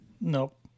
Nope